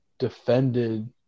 Defended